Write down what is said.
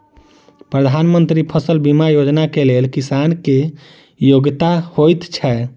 प्रधानमंत्री फसल बीमा योजना केँ लेल किसान केँ की योग्यता होइत छै?